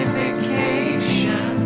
vacation